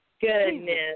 Goodness